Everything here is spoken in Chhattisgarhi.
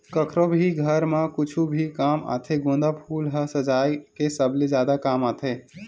कखरो भी घर म कुछु भी काम आथे गोंदा फूल ह सजाय के सबले जादा काम आथे